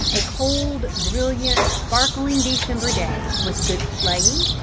a cold, brilliant, sparkling december day, with good sleighing,